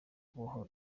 kuboha